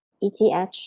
ETH